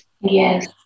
Yes